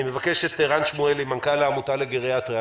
אני מבקש את ערן שמואלי, מנכ"ל העמותה לגריאטריה.